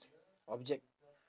object